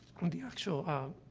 um, the actual, ah,